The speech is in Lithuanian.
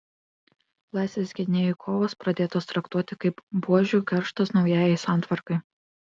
laisvės gynėjų kovos pradėtos traktuoti kaip buožių kerštas naujajai santvarkai